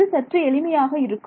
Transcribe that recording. அது சற்று எளிமையாக இருக்கும்